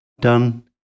done